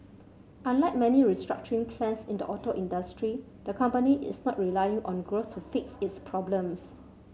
unlike many restructuring plans in the auto industry the company is not relying on growth to fix its problems